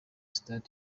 stars